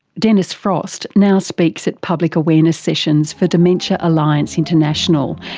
dennis frost now speaks at public awareness sessions for dementia alliance international,